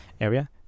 area